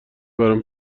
برام